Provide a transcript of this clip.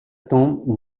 tombe